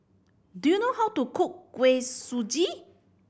do you know how to cook Kuih Suji